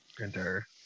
enter